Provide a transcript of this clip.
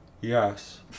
yes